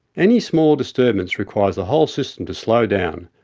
any small disturbance requires the whole system to slow down,